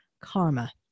karma